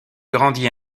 grandit